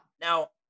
Now